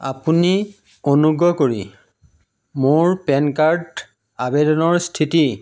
আপুনি অনুগ্ৰহ কৰি মোৰ পেন কাৰ্ড আবেদনৰ স্থিতি